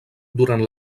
durant